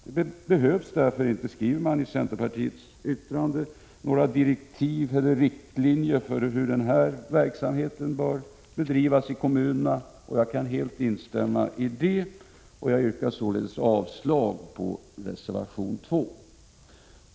Det behövs därför inte, skriver man i centerpartiets yttrande, några direktiv eller riktlinjer för hur den här verksamheten skall bedrivas i kommunerna. Jag kan helt instämma i detta och yrkar således avslag på reservation 2.